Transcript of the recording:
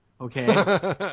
Okay